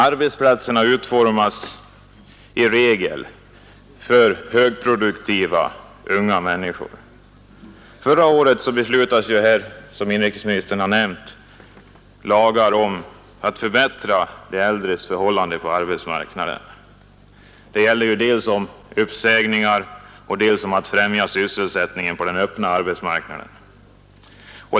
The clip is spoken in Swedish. Arbetsplatserna utformas i regel för högproduktiva unga människor. Förra året beslutades här, såsom inrikesministern nämnt, lagar om att förbättra de äldres förhållanden på arbetsmarknaden. Det gällde dels att skapa skydd mot uppsägningar, dels att främja sysselsättningen på den öppna arbetsmarknaden.